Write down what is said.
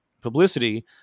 publicity